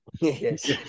Yes